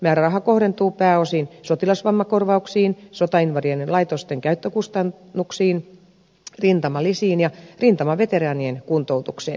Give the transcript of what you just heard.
määräraha kohdentuu pääosin sotilasvammakorvauksiin sotainvalidien laitosten käyttökustannuksiin rintamalisiin ja rintamaveteraanien kuntoutukseen